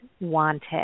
wanted